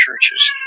churches